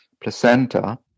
placenta